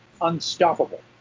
unstoppable